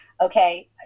okay